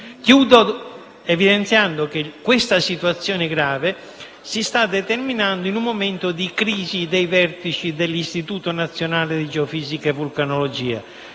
Concludo evidenziando che questa situazione grave si sta determinando in un momento di crisi dei vertici dell'Istituto nazionale di geofisica e vulcanologia,